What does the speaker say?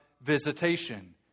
visitation